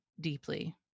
deeply